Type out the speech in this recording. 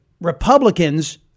Republicans